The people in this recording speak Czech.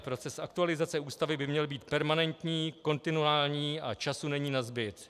Proces aktualizace Ústavy by měl být permanentní, kontinuální, a času není nazbyt.